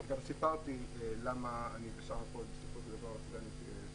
סיפרתי למה אני בסך הכול סגן השרה